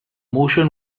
motion